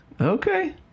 Okay